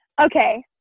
Okay